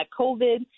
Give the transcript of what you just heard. COVID